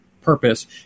purpose